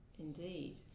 Indeed